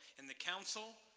and the council,